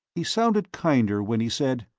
he sounded kinder when he said,